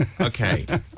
Okay